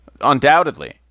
undoubtedly